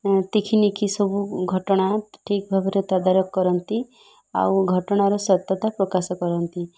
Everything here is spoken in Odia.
ତଖି ନିକି ସବୁ ଘଟଣା ଠିକ୍ ଭାବରେ ତାଦାର କରନ୍ତି ଆଉ ଘଟଣାର ସତ୍ୟତା ପ୍ରକାଶ କରନ୍ତି